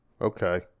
Okay